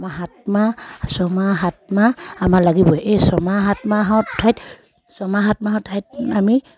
আমাৰ সাতমাহ ছমাহ সাতমাহ আমাৰ লাগিবই এই ছমাহ সাতমাহত ঠাইত ছমাহৰ ঠাইত আমি